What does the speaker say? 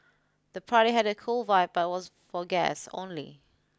the party had a cool vibe but was for guests only